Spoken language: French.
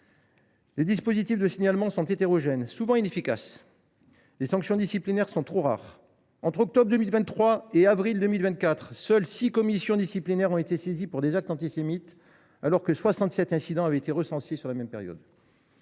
Les dispositifs de signalement sont en effet hétérogènes et souvent inefficaces. Quant aux sanctions, elles sont trop rares : entre octobre 2023 et avril 2024, seules six commissions disciplinaires ont été saisies pour des actes antisémites, alors que soixante sept incidents avaient été recensés durant la même période.